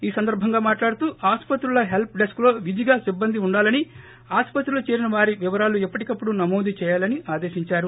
ఈ సందర్బంగా మాట్లాడుతూ ఆసుపత్రుల హెల్ప్ డెస్క్ లో విధిగా సిబ్బంది ఉండాలని ఆసుపత్రిలో చేరిన వారి వివరాలు ఎప్పటికప్పుడు నమోదు చేయాలని ఆదేశిందారు